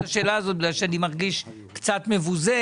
אם יש קונה,